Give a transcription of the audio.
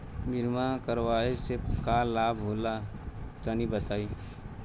बीमा करावे से का लाभ होला तनि बताई?